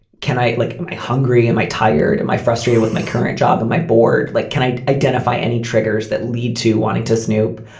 can i like a hungry? am i tired? my frustrated with my current job and my board? like, can i identify any triggers that lead to wanting to snoop?